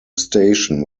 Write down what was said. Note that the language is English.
station